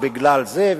ובגלל זה,